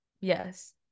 Yes